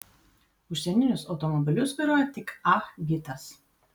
užsieninius automobilius vairuoja tik ah gitas